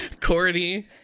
Courtney